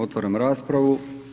Otvaram raspravu.